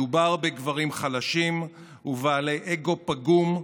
מדובר בגברים חלשים ובעלי אגו פגום,